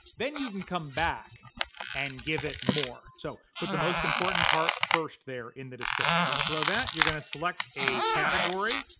then you can come back and give it more. so put but the most important part first there in the description. below that you're gonna select a category,